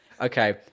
Okay